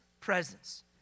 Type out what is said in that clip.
presence